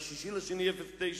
ב-6 בפברואר 2009